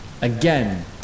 Again